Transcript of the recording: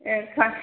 এখা